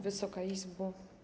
Wysoka Izbo!